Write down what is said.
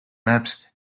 maps